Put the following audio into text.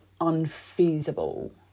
unfeasible